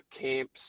camps